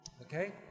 Okay